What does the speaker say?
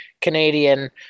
canadian